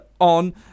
on